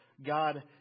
God